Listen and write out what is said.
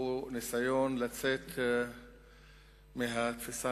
הוא ניסיון לצאת מהתפיסה,